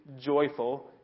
joyful